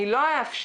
אני לא אאפשר,